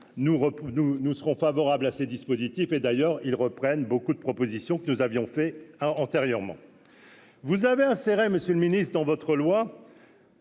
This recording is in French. nous serons favorables à ces dispositifs, et d'ailleurs ils reprennent beaucoup de propositions que nous avions fait antérieurement. Vous avez un Monsieur le Ministre dans votre loi.